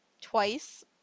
twice